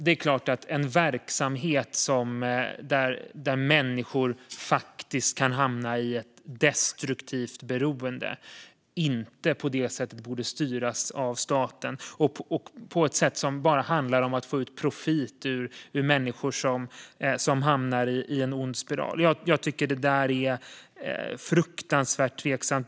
Det är klart att en verksamhet där människor faktiskt kan hamna i ett destruktivt beroende inte borde styras av staten och på ett sätt som bara handlar om att få ut profit ur människor som hamnat i en ond spiral. Jag tycker att det är fruktansvärt tveksamt.